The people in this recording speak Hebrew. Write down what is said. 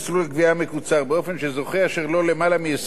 באופן שזוכה אשר לו יותר מ-20 תיקים בשנה במסלול